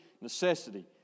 necessity